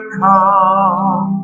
come